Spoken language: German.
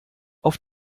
auf